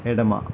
ఎడమ